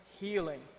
healing